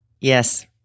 yes